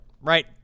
right